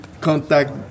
contact